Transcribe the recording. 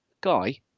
Guy